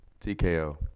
TKO